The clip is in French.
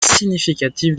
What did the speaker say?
significative